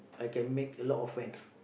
I can make a lot of friends